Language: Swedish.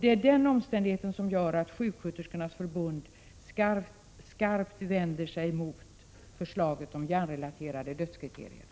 Det är den omständigheten som gör att sjuksköterskornas fackförbund skarpt vänder sig mot förslaget om hjärnrelaterade dödskriterier.